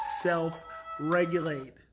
self-regulate